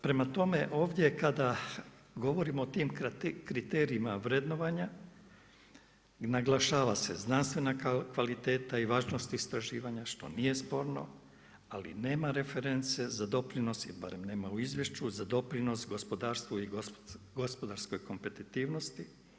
Prema tome, ovdje kada govorimo o tim kriterijima vrednovanja naglašava se znanstvena kvaliteta i važnost istraživanja što nije sporno, ali nema reference za doprinose, barem nema u izvješću, za doprinos gospodarstvu i gospodarskoj kompetitivnosti.